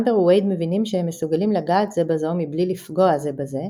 אמבר ווייד מבינים שהם מסוגלים לגעת זה בזו מבלי לפגוע זה בזה,